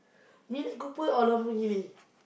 mini-cooper or Lamborghini